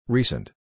Recent